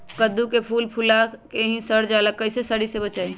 कददु के फूल फुला के ही सर जाला कइसे सरी से बचाई?